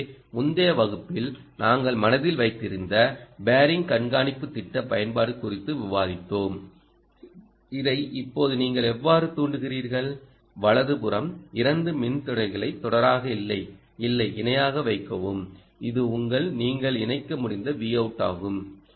எனவே முந்தைய வகுப்பில் நாங்கள் மனதில் வைத்திருந்த பேரிங் கண்காணிப்பு திட்ட பயன்பாடு குறித்து விவாதித்தோம் இதை இப்போது நீங்கள் எவ்வாறு தூண்டுகிறீர்கள் வலதுபுறம் இரண்டு மின்தடைகளை தொடராக இல்லை இல்லை இணையாக வைக்கவும் இது உங்கள் நீங்கள் இணைக்க முடிந்த Vout ஆகும்